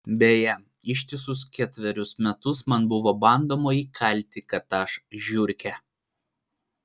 beje ištisus ketverius metus man buvo bandoma įkalti kad aš žiurkė